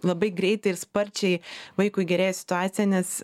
labai greitai ir sparčiai vaikui gerėja situacija nes